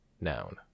noun